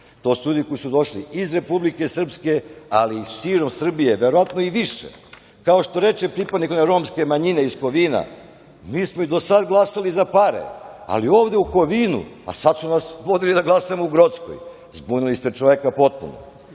to su ljudi koji su došli iz Republike Srpske, ali i širom Srbije, verovatno i više, kao što reče pripadnik romske manjine iz Kovina, mi smo i do sada glasali za pare, ali ovde u Kovinu, a sada su nas vodili da glasamo u Grockoj, zbunili ste čoveka potpuno. Što